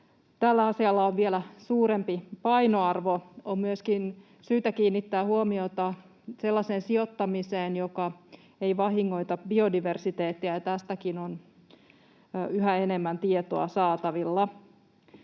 tällä asialla on vielä suurempi painoarvo. On myöskin syytä kiinnittää huomiota sellaiseen sijoittamiseen, joka ei vahingoita biodiversiteettiä, ja tästäkin on yhä enemmän tietoa saatavilla.